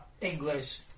English